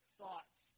thoughts